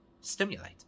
stimulate